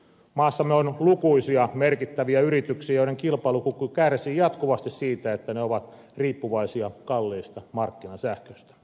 maassamme on lukuisia merkittäviä yrityksiä joiden kilpailukyky kärsii jatkuvasti siitä että ne ovat riippuvaisia kalliista markkinasähköstä